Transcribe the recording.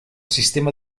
sistema